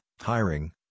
hiring